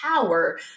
power